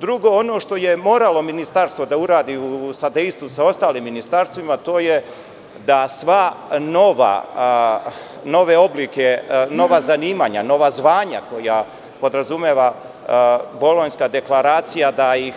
Drugo, ono što je moralo ministarstvo da uradi u sadejstvu sa ostalim ministarstvima je da sve nove oblike, nova zanimanja i obrazovanja koja podrazumeva Bolonjska dekleracija, da ih